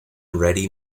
ready